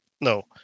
no